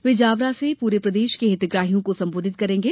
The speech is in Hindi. वे जावरा से पूरे प्रदेश के हितग्राहियों को संबोधित करेंगे